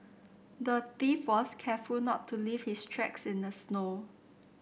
the thief was careful not to leave his tracks in the snow